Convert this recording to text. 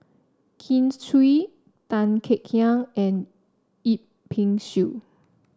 Kin Chui Tan Kek Hiang and Yip Pin Xiu